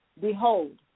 Behold